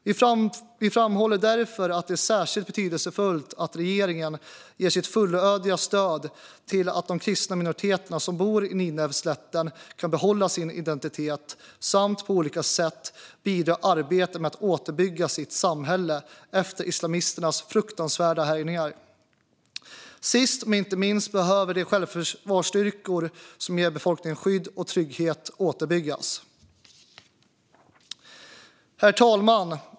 Vi framhåller därför att det är särskilt betydelsefullt att regeringen ger sitt fullödiga stöd till att de kristna minoriteter som bor på Nineveslätten ska kunna behålla sin identitet samt på olika sätt bidra i arbetet med att återuppbygga sitt samhälle efter islamisternas fruktansvärda härjningar. Sist men inte minst behöver de självförsvarsstyrkor som ger befolkningen skydd och trygghet återuppbyggas. Herr talman!